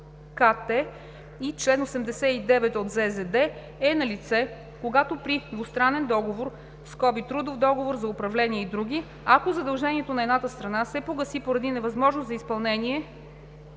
КТ и чл. 89 от ЗЗД) е налице, когато при двустранен договор (трудов, договор за управление и др.), ако задължението на едната страна се погаси поради невъзможност за изпълнение,